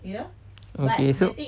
okay so